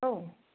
औ